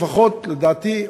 לפחות לדעתי,